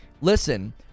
listen